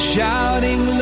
Shouting